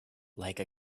like